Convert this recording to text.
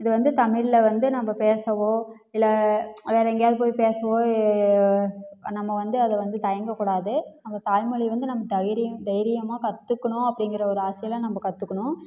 இது வந்து தமிழ்ல வந்து நாம பேசவோ இல்லை வேறு எங்கேயாவது போய் பேசவோ நம்ம வந்து அது வந்து தயங்க கூடாது நம்ம தாய் மொழி வந்து நமக்கு தைரியம் தைரியமாக கற்றுக்கணும் அப்படிங்கிற ஒரு ஆசையில் நம்ம கற்றுக்கணும்